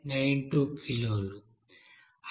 92 కిలోలు